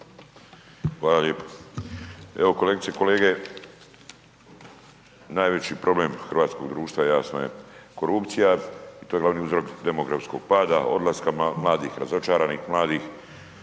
Hvala lijepa, evo kolegice i kolege najveći problem hrvatskog društva jasno je korupcija i to je glavni uzrok demografskog pada, odlaska mladih, razočaranih mladih,